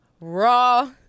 raw